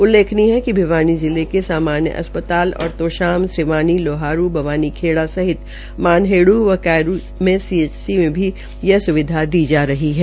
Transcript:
उल्लेखनीय है कि भिवानी जिले के सामान्य अस्पताल और तोशाम सिवानी लोहारू बवानीखेड़ा सहित मानहेड़ व कैरू की सीएचसी में यह भी स्विधा दी जा रही है